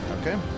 Okay